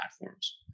platforms